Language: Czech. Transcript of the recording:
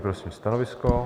Prosím stanovisko.